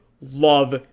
love